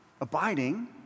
abiding